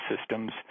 systems